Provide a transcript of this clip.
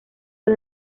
los